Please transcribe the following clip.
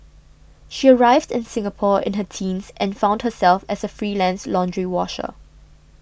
she arrived in Singapore in her teens and found herself as a freelance laundry washer